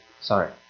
sorry